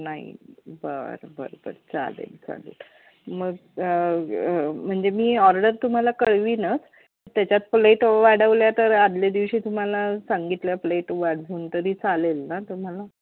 नाही बरं बरं बरं चालेल चालेल मग म्हणजे मी ऑर्डर तुम्हाला कळवीनच त्याच्यात प्लेट वाढवल्या तर आधल्या दिवशी तुम्हाला सांगितल्या प्लेट वाढवून तरी चालेल ना तुम्हाला